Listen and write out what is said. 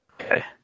Okay